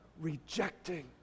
rejecting